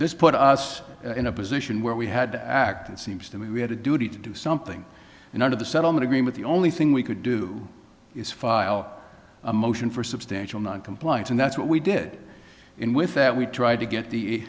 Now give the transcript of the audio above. this put us in a position where we had to act it seems to me we had a duty to do something and out of the settlement agreement the only thing we could do is file a motion for substantial noncompliance and that's what we did in with that we tried to get the